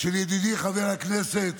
של ידידי חבר הכנסת